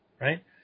Right